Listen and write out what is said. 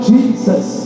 Jesus